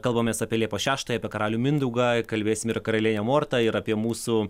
kalbamės apie liepos šeštąją apie karalių mindaugą kalbėsim ir karalienę mortą ir apie mūsų